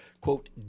quote